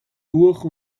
durch